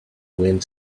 wind